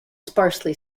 sparsely